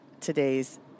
today's